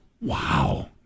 Wow